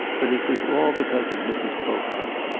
but it was all because of mrs. pocock.